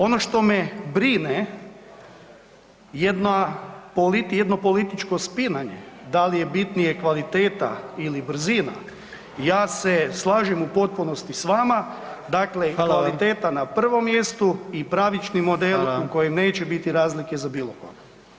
Ono što me brine jedno političko spinanje da li je bitnija kvaliteta ili brzina, ja se slažem u potpunosti s vama, dakle kvaliteta na prvom mjestu i pravični model u kojem neće biti razlike za bilo koga.